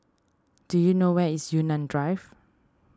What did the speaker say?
do you know where is Yunnan Drive